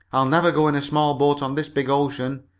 i'll never go in a small boat on this big ocean,